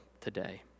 today